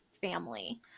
family